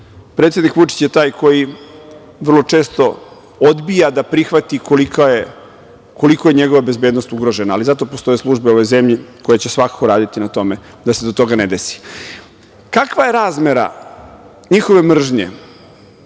predsednik Vučić je taj koji vrlo često odbija da prihvati koliko je njegova bezbednost ugrožena, ali zato postoje službe u ovoj zemlji koje će svakako raditi na tome, da do toga ne dođe. Kakva je razmera njihove mržnje